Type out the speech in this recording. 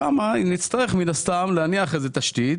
שמה נצטרך מן הסתם להניח איזה תשתית,